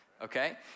okay